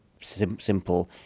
simple